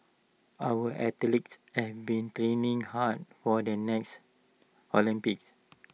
our athletes and been training hard for the next Olympics